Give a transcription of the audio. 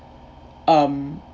um